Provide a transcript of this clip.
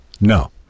No